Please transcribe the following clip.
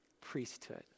priesthood